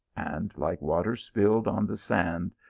and, like water spilled on the sand,